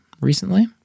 recently